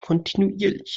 kontinuierlich